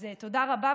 אז תודה רבה,